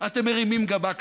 אתם מרימים גבה.